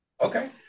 Okay